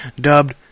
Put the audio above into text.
dubbed